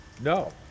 No